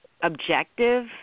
objective